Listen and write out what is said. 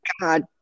God